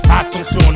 Attention